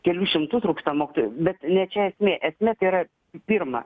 kelių šimtų trūksta mokytojų bet ne čia esmė esmė tai yra pirma